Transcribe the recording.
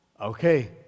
Okay